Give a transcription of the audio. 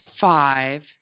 five